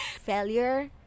Failure